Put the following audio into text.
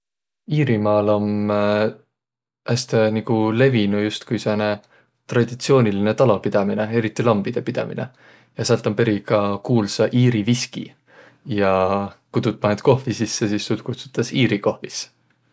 Iirimaal om häste nigu levinüq justkui sääne traditsioonilinõ talopidämine, eriti lambidõpidämine. Ja säält om perika kuulsa iiri viski, ja ku tuud panõt kohvi sisse, sis tuud kutsutas iiri kohvis.